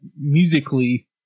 musically